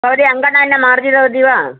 भवती अङ्गणे न मार्जितवती वा